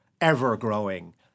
ever-growing